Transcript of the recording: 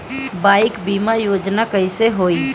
Bike बीमा योजना कैसे होई?